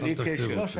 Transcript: בלי קשר.